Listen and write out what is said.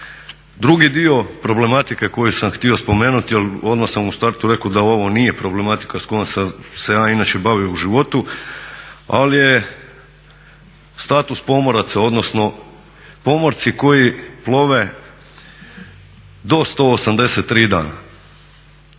Drugi dio problematike koji sam htio spomenuti, ali odmah sam u startu rekao da ovo nije problematika s kojom sam se ja inače bavio u životu, ali je status pomoraca odnosno pomorci koji plove do 183 dana.